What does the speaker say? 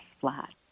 flat